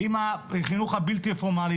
עם החינוך הבלתי פורמלי.